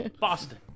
Boston